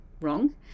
wrong